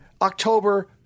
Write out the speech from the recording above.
October